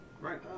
Right